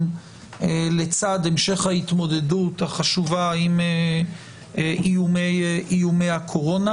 לצד המשך ההתמודדות החשובה עם איומי הקורונה.